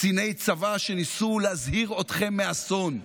קציני צבא שניסו להזהיר אתכם מאסון.